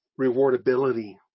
rewardability